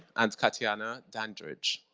and katyana dandridge.